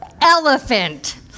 Elephant